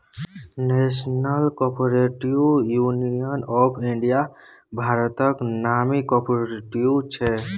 national Cooperative Union of India भारतक नामी cooperative छै